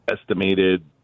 estimated